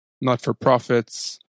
not-for-profits